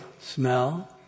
smell